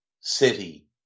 City